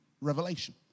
revelation